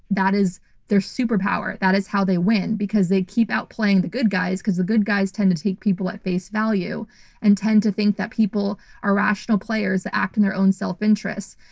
that is their superpower. that is how they win because they keep outplaying the good guys because the good guys tend to take people at face value and tend to think that people are rational players to act in their own self interests.